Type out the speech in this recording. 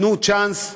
תנו צ'אנס.